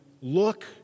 look